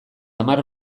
hamar